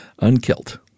Unkilled